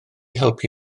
helpu